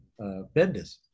Bendis